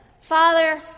Father